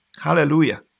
Hallelujah